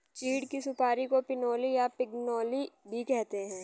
चीड़ की सुपारी को पिनोली या पिगनोली भी कहते हैं